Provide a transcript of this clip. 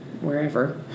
Wherever